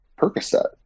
Percocet